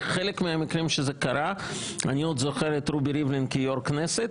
בחלק מהמקרים כשזה קרה אני עוד זוכר את רובי ריבלין כיו"ר הכנסת,